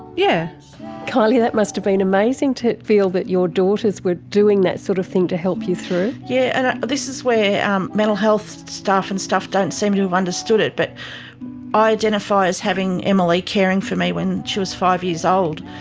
yeah kylie, that must have been amazing, to feel that your daughters were doing that sort of thing to help you through. yes, yeah and this is where um mental health staff and stuff don't seem to have understood it, but i identify as having emma leigh caring for me when she was five years old,